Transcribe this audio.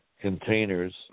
containers